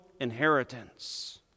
inheritance